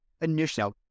initially